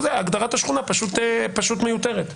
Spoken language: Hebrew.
הגדרת השכונה פשוט מיותרת.